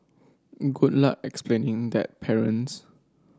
good luck explaining that parents